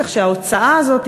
כך שההוצאה הזאת,